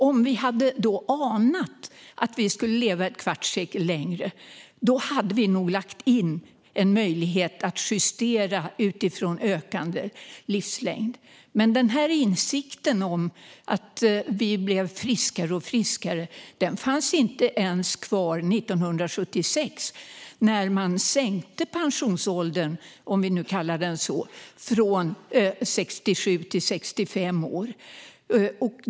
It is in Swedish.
Om vi då hade anat att vi skulle leva ett kvarts sekel längre i dag hade vi nog lagt in en möjlighet att justera utifrån ökande livslängd. Men insikten att vi blir friskare och friskare fanns inte ens 1976 när vi sänkte pensionsåldern från 67 till 65 år.